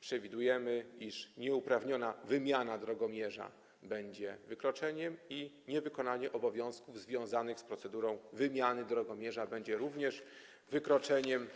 przewidujemy, iż nieuprawniona wymiana drogomierza będzie wykroczeniem i niewykonanie obowiązków związanych z procedurą wymiany drogomierza również będzie wykroczeniem.